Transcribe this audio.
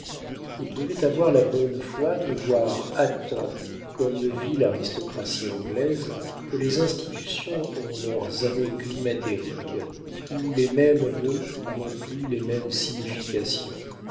il devait avoir la bonne foi de voir à temps comme le vit l'aristocratie anglaise que les institutions ont leurs années climatériques où les mêmes mots n'ont plus les mêmes significations